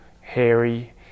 hairy